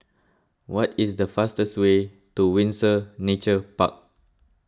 what is the fastest way to Windsor Nature Park